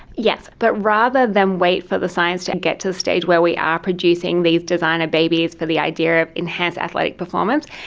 yes, but rather than wait for the science to and get to the stage where we are producing these designer babies for the idea of enhanced athletic performance,